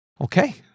Okay